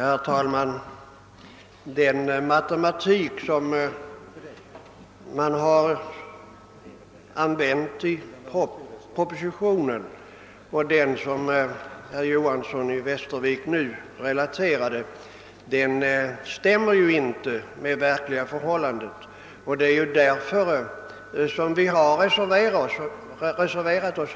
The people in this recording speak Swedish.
Herr talman! Den matematik som man har använt i propositionen och den som herr Johanson i Västervik nu begagnar stämmer inte med det verkliga förhållandet. Det är därför som vi har reserverat oss,